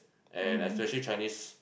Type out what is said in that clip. and especially Chinese